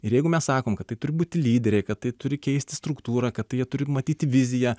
ir jeigu mes sakom kad tai turi būti lyderiai kad tai turi keisti struktūrą kad tai jie turi matyti viziją